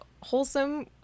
wholesome